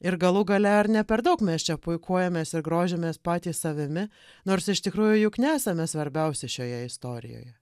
ir galų gale ar ne per daug mes čia puikuojamės ir grožimės patys savimi nors iš tikrųjų juk nesame svarbiausi šioje istorijoje